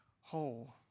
whole